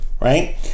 right